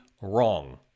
wrong